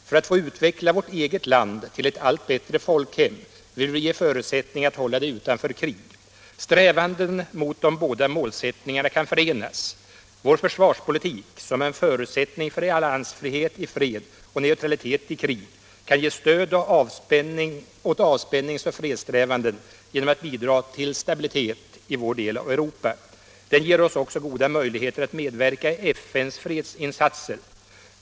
För att få utveckla vårt eget land till ett allt bättre folkhem vill vi ge förutsättningar att hålla det utanför krig. Strävandena mot de båda målsättningarna kan förenas. Vår försvarspolitik, som är en förutsättning för alliansfrihet i fred och neutralitet i krig, kan ge stöd åt avspännings och fredssträvandena genom att bidra till stabilitet i vår del av Europa. Den ger oss också goda möjligheter att medverka i FN:s fredsinsatser.